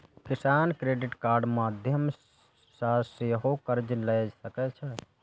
किसान क्रेडिट कार्डक माध्यम सं सेहो कर्ज लए सकै छै